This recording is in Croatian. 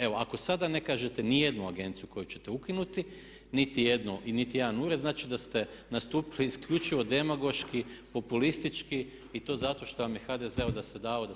Evo ako sada ne kažete nijednu agenciju koju ćete ukinuti i nitijedan ured znači da ste nastupili isključivo demagoški, populistički i to zato što vam je HDZ dao da se malo igrate.